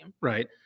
right